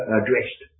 addressed